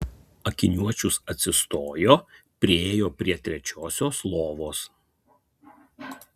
akiniuočius atsistojo priėjo prie trečiosios lovos